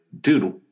Dude